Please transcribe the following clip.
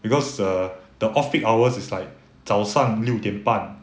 because the the off peak hours is like 早上六点半